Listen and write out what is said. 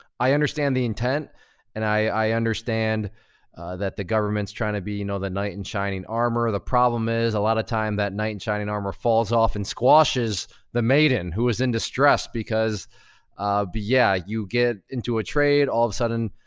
i understand the intent and i understand that the government's trying to be, you know, the knight in shining armor. the problem is a lot of time that knight in shining armor falls off and squashes the maiden who is in distress because yeah, you get into a trade, all of a sudden,